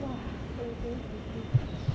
!wah! err